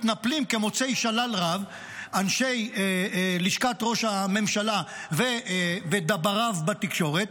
מתנפלים כמוצאי שלל רב אנשי לשכת ראש הממשלה ודבּריו בתקשורת,